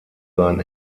sein